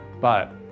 but-